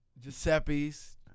Giuseppe's